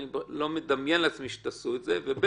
אני לא מדמיין לעצמי שתעשו את זה, ב.